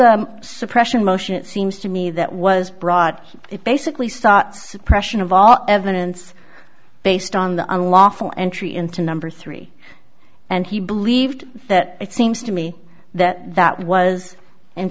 a suppression motion it seems to me that was brought it basically start suppression of all evidence based on the unlawful entry into number three and he believed that it seems to me that that was in